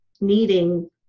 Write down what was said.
needing